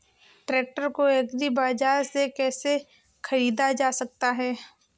Tractor को agri बाजार से कैसे ख़रीदा जा सकता हैं?